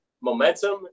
momentum